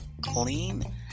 clean